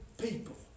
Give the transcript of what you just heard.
people